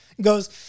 goes